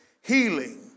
healing